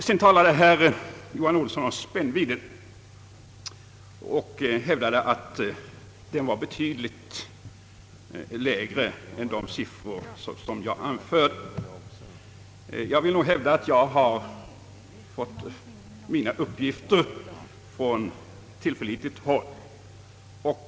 Sedan talade herr Johan Olsson om spännvidden och hävdade att den var betydligt mindre än som framgick av de siffror som jag anförde. Jag har fått mina uppgifter från tillförlitligt håll.